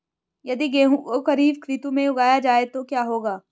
यदि गेहूँ को खरीफ ऋतु में उगाया जाए तो क्या होगा?